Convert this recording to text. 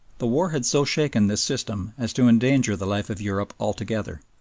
the war had so shaken this system as to endanger the life of europe altogether.